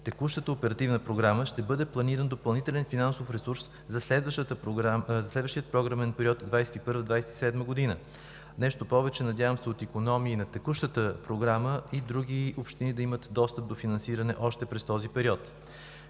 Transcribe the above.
текущата оперативна програма ще бъде планиран допълнителен финансов ресурс за следващия програмен период 2021 – 2027 г. Нещо повече, надявам се от икономии на текущата програма и други общини да имат достъп до финансиране още през този период.